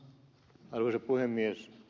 arvoisa puhemies